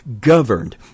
governed